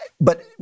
But-